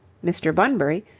mr. bunbury,